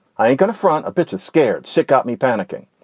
i ain't gonna front a bitches scared shit got me panicking.